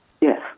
Yes